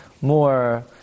more